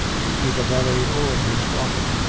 to either nelly or his daughter,